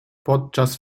podczas